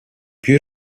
più